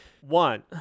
One